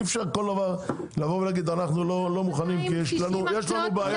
אי-אפשר על כל דבר להגיד אנחנו לא מוכנים כי יש לנו בעיה.